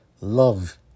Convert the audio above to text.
Love